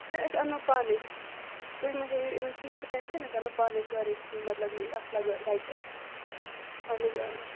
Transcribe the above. نہ أسۍ اَنو پانَے یہِ تُہۍ مہٕ ہیٚیِو اَمِیُک کِہیٖنۍ تہِ ٹٮ۪نشَن أسۍ اَنو پانَے سٲرٕے مطلب یہِ اَتھ لَگہٕ لَگہِ اہن حظ اۭں